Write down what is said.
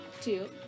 Two